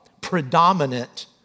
predominant